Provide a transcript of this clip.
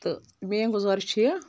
تہ میٲنۍ گزارش چھ یہِ